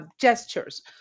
gestures